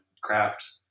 craft